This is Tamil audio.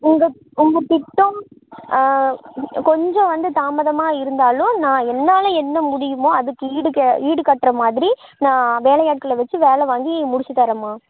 உங்கள் உங்கள் திட்டம் கொஞ்சம் வந்து தாமதமாக இருந்தாலும் நான் என்னால் என்ன முடியுமோ அதுக்கு ஈடுகே ஈடுகட்டுற மாதிரி நான் வேலை ஆட்களை வெச்சு வேலை வாங்கி முடித்து தரேம்மா